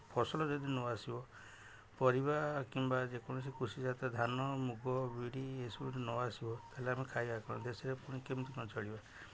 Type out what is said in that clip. ଫସଲ ଯଦି ନ ଆସିବ ପରିବା କିମ୍ବା ଯେକୌଣସି କୃଷି ଜାତୀୟ ଧାନ ମୁଗ ବିରି ଏସବୁ ନ ଆସିବ ତା'ହେଲେ ଆମେ ଖାଇବା କ'ଣ ଦେଶରେ କେମିତି କ'ଣ ଚଳିବା